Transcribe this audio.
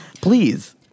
Please